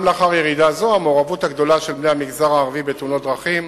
גם לאחר ירידה זו המעורבות של בני המגזר הערבי בתאונות דרכים